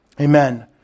Amen